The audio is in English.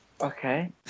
Okay